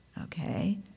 okay